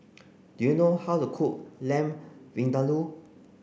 do you know how to cook Lamb Vindaloo